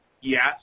yes